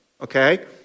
okay